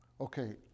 okay